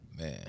man